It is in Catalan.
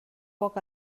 poc